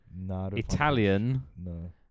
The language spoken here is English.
Italian